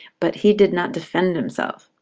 but he did not defend himself.